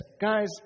guys